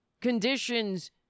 conditions